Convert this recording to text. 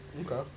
okay